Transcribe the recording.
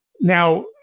Now